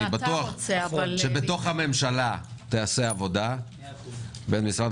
אני בטוח שבתוך הממשלה תיעשה עבודה בין משרד